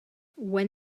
when